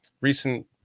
recent